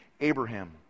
Abraham